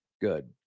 good